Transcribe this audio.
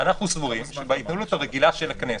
סבורים שבהתנהלות הרגילה של הכנסת,